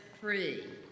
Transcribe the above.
free